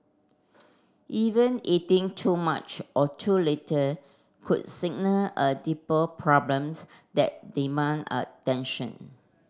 even eating too much or too little could signal a deeper problems that demand attention